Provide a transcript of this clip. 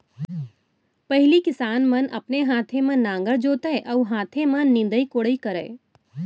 पहिली किसान मन अपने हाथे म नांगर जोतय अउ हाथे म निंदई कोड़ई करय